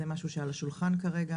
זה משהו שהוא על השולחן כרגע.